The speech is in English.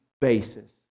basis